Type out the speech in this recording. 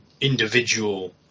individual